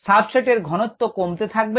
substrate এর ঘনত্ব কমতে থাকবে